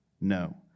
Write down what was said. No